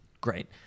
Great